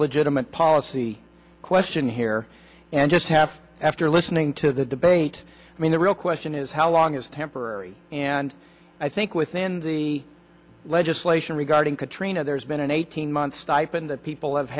legitimate policy question here and just have after listening to the debate i mean the real question is how long is temporary and i think within the legislation regarding katrina there's been an eighteen month stipend that people have